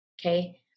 okay